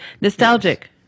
Nostalgic